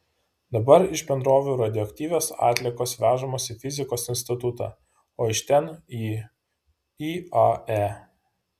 dabar iš bendrovių radioaktyvios atliekos vežamos į fizikos institutą o iš ten į iae